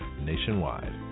nationwide